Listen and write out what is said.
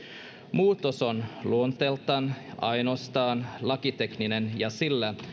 muutos on luonteeltaan ainoastaan lakitekninen ja sillä